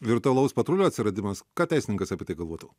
virtualaus patrulio atsiradimas ką teisininkas apie tai galvotų